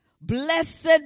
Blessed